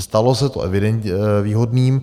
Stalo se to evidentně výhodným.